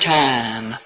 time